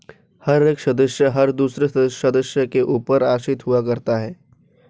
हर एक सदस्य हर दूसरे सदस्य के ऊपर आश्रित हुआ करता है